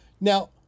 Now